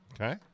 Okay